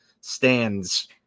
stands